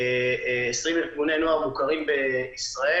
כ-20 ארגוני נוער מוכרים בישראל.